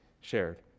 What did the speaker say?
shared